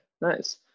Nice